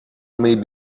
may